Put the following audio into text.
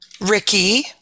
Ricky